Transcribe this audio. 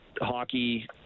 hockey